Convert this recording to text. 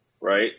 right